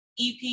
EP